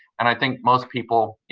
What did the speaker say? and i think most people,